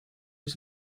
was